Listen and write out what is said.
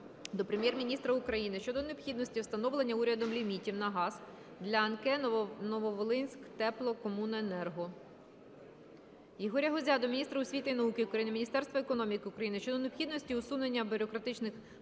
до Прем'єр-міністра України щодо необхідності встановлення урядом лімітів на газ для КП "Нововолинськтеплокомуненерго". Ігоря Гузя до міністра освіти і науки України, Міністерства економіки України щодо необхідності усунення бюрократичних перепон